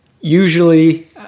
Usually